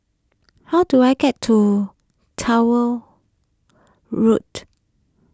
how do I get to Towner Road